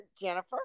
Jennifer